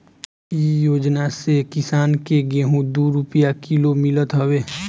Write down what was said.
इ योजना से किसान के गेंहू दू रूपिया किलो मितल हवे